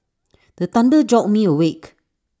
the thunder jolt me awake